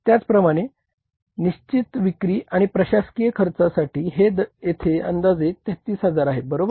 त्याचप्रमाणे निश्चित विक्री आणि प्रशासकीय खर्चासाठी हे येथे अंदाजे 33000 आहे बरोबर